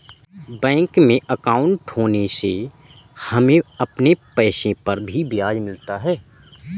bank में अंकाउट होने से हमें अपने पैसे पर ब्याज भी मिलता है